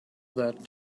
that